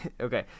Okay